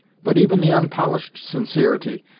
but even the unpolished sincerity,